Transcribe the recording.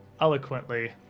eloquently